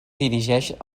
dirigeix